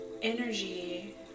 energy